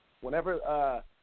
Whenever